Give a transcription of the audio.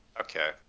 okay